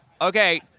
Okay